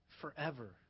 forever